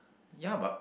ya but